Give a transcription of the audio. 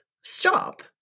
stop